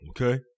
okay